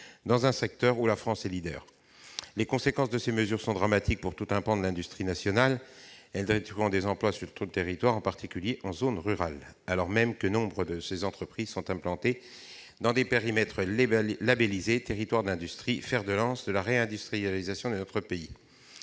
dans un secteur où la France est leader. De fait, les conséquences en sont dramatiques pour tout un pan de l'industrie nationale, source d'emplois sur tout le territoire, en particulier en zone rurale, alors même que nombre d'entreprises touchées sont implantées dans des secteurs labellisés « Territoires d'industrie », fers de lance de la réindustrialisation de notre pays.